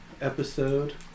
episode